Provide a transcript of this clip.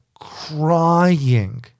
crying